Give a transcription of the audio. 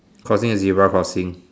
crossing the zebra crossing